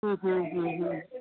ಹ್ಞೂ ಹ್ಞೂ ಹ್ಞೂ ಹ್ಞೂ